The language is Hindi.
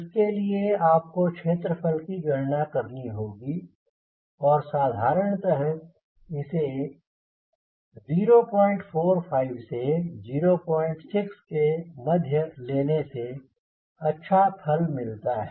इसके लिए आपको क्षेत्र फल की गणना करनी होगी और साधारणतः इसे 045 से 06 के मध्य लेने से अच्छा फल मिलता है